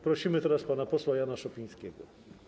Prosimy teraz pana posła Jana Szopińskiego.